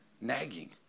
Nagging